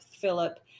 Philip